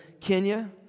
Kenya